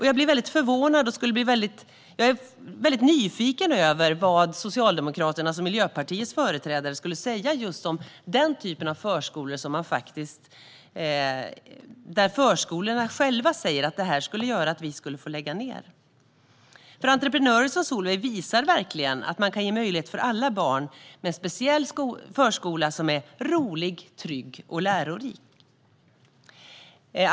Jag blir förvånad över regeringens inställning, och jag är nyfiken på vad Socialdemokraternas och Miljöpartiets företrädare skulle säga om just denna typ av förskolor, som själva säger att detta skulle leda till att de skulle få lägga ned. Entreprenörer som Solveig visar verkligen att man kan ge möjlighet för alla barn med en speciell förskola som är rolig, trygg och lärorik.